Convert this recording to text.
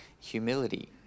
humility